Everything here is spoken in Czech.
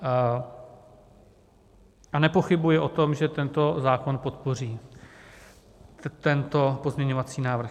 A nepochybuji o tom, že tento zákon podpoří, tento pozměňovací návrh.